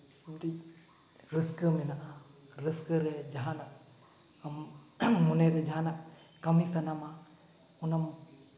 ᱨᱟᱹᱥᱠᱟᱹ ᱢᱮᱱᱟᱜᱼᱟ ᱨᱟᱹᱥᱠᱟᱹ ᱨᱮ ᱡᱟᱦᱟᱱᱟᱜ ᱟᱢ ᱢᱚᱱᱮ ᱨᱮ ᱡᱟᱦᱟᱱᱟᱜ ᱠᱟᱹᱢᱤ ᱥᱟᱱᱟᱢᱟ ᱚᱱᱟᱢ